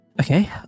okay